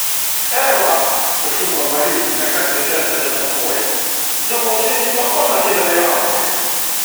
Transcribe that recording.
eva sušuko mari nekantriai treptelėdama koja savo auksinį flakoną atidavei auklei